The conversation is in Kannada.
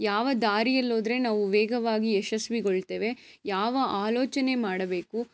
ಯಾವ ದಾರಿಯಲ್ಲಿ ಹೋದರೆ ನಾವು ವೇಗವಾಗಿ ಯಶಸ್ವಿಗೊಳ್ತೇವೆ ಯಾವ ಆಲೋಚನೆ ಮಾಡಬೇಕು